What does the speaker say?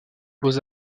beaux